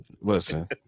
Listen